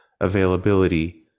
availability